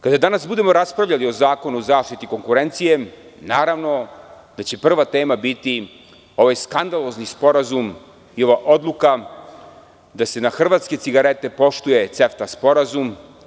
Kada danas budemo raspravljali o Zakonu o zaštiti konkurencije naravno da će prva tema biti ovaj skandalozni sporazum i ova odluka da se na hrvatske cigarete poštuje CEFTA sporazum.